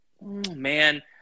Man